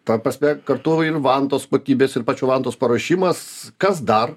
ta prasme kartu ir vantos kokybės ir pačių vantos paruošimas kas dar